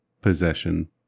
possession